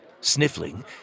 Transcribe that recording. Sniffling